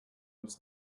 was